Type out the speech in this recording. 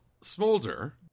Smolder